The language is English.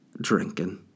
drinking